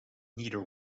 neither